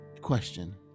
question